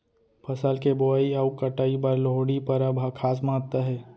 फसल के बोवई अउ कटई बर लोहड़ी परब ह खास महत्ता हे